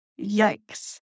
Yikes